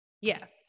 Yes